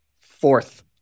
fourth